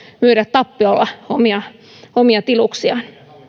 myydä tappiolla omia omia tiluksiaan